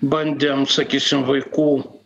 bandėm sakysim vaikų